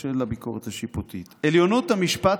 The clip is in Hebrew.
של הביקורת השיפוטית: "עליונות המשפט,